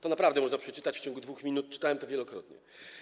To naprawdę można przeczytać w ciągu 2 minut i czytałem to wielokrotnie.